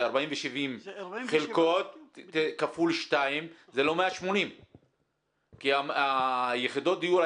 זה 47 כפול 2. זה לא 180. יחידות הדיור,